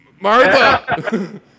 Martha